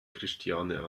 christiane